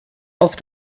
auf